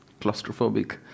claustrophobic